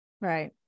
Right